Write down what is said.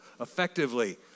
effectively